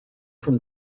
from